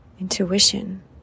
Intuition